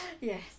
Yes